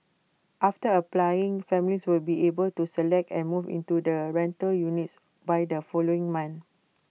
after applying families will be able to select and move into the rental units by the following month